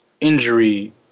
injury